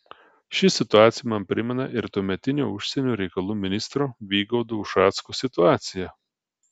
ši situacija man primena ir tuometinio užsienio reikalų ministro vygaudo ušacko situaciją